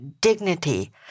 dignity